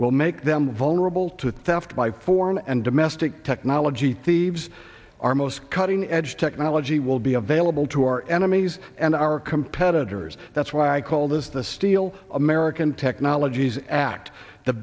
will make them vulnerable to theft by foreign and domestic technology thieves our most cutting edge technology will be available to our enemies and our competitors that's why i call this the steal american technologies act the